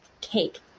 cake